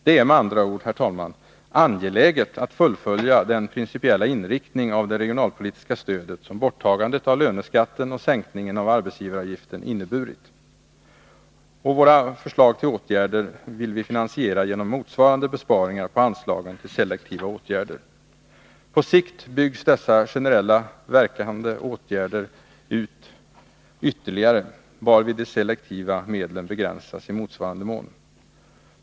Det är med andra ord, herr talman, angeläget att fullfölja den principiella inriktning av det regionalpolitiska stödet som borttagandet av löneskatten och sänkningen av arbetsgivaravgiften inneburit. Våra förslag till åtgärder vill vi finansiera genom motsvarande besparingar på anslagen till selektiva åtgärder. På sikt byggs dessa generellt verkande åtgärder ut ytterligare, varvid de selektiva medlen begränsas i motsvarande mån.